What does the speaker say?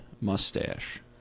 mustache